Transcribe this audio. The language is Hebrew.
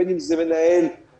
בין אם זה מנהל הוותיקים,